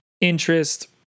interest